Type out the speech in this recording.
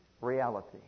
reality